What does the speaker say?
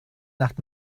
nacht